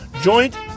Joint